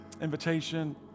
invitation